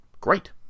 Great